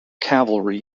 cavalry